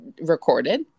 recorded